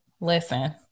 listen